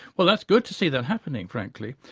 well that's good to see that happening frankly.